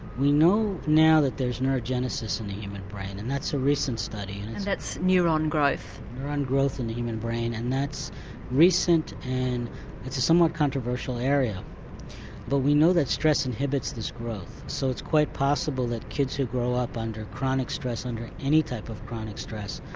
we know now that there's neuro-genesis in the human brain and that's a recent study. and that's neurone growth? neurone growth in the human brain and that's recent and it's a somewhat controversial area but we know that stress inhibits this growth so it's quite possible that kids who grow up under chronic stress, under any type of chronic stress,